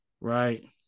right